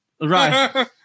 Right